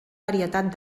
varietat